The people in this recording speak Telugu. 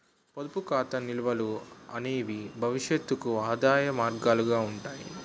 పొదుపు ఖాతా నిల్వలు అనేవి భవిష్యత్తుకు ఆదాయ మార్గాలుగా ఉంటాయి